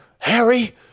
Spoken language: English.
Harry